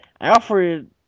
Alfred